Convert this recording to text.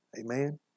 Amen